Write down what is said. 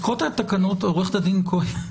עו"ד כהן,